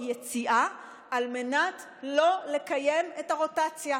יציאה על מנת לא לקיים את הרוטציה,